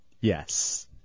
Yes